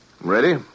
Ready